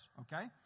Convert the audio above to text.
okay